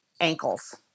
ankles